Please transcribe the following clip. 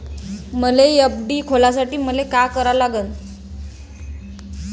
मले एफ.डी खोलासाठी मले का करा लागन?